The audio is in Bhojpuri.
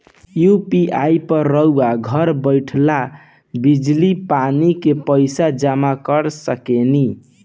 यु.पी.आई पर रउआ घर बईठल बिजली, पानी के पइसा जामा कर सकेनी